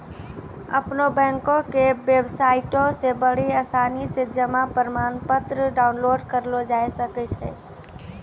अपनो बैंको के बेबसाइटो से बड़ी आसानी से जमा प्रमाणपत्र डाउनलोड करलो जाय सकै छै